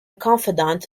confidant